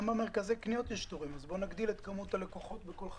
גם במרכזי קניות יש תורים אז בוא נגדיל את כמות הלקוחות בכל חנות.